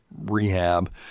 rehab